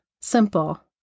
simple